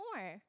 more